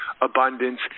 abundance